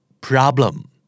problem